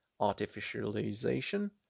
artificialization